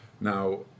Now